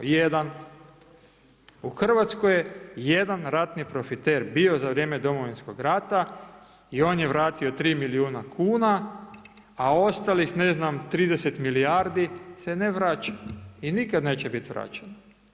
1. U Hrvatskoj je jedan ratni profiter bio za vrijeme domovinskog rata i on je vratio 3 milijuna kuna a ostalih ne znam 30 milijardi se ne vraća i nikada neće biti vraćeno.